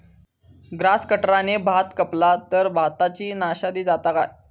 Grass कटराने भात कपला तर भाताची नाशादी जाता काय?